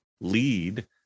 lead